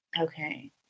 Okay